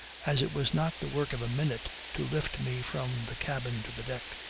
as it was not the work of a minute to lift me from the cabin to the deck.